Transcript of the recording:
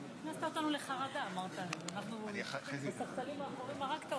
גם לא שירתנו יחד בסיירת וגם לא למדנו באותה